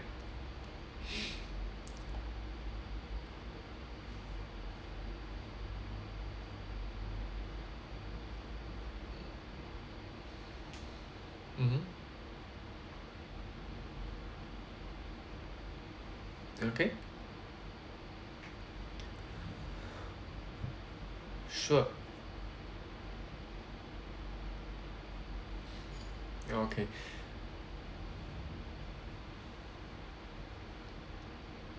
mmhmm okay sure okay